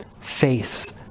face